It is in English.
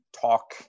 talk